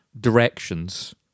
directions